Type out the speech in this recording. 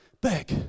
Back